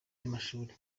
y’amashuri